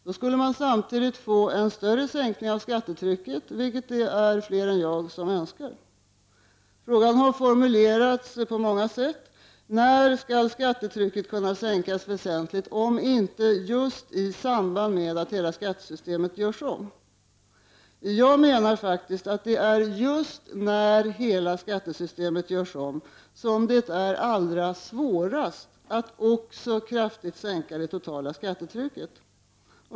Då skulle man samtidigt få en större sänkning av skattetrycket, vilket det är fler än jag som önskar. Frågan har formulerats på många sätt. När skall skattetrycket kunna sänkas väsentligt om inte just i samband med att hela skattesystemet görs om? Jag menar faktiskt att det är just när hela skattesystemet görs om som det är allra svårast att kraftigt sänka det totala skattetrycket.